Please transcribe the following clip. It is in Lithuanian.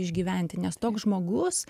išgyventi nes toks žmogus